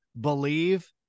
believe